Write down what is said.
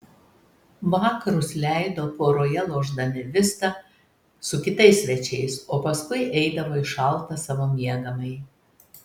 vakarus leido poroje lošdami vistą su kitais svečiais o paskui eidavo į šaltą savo miegamąjį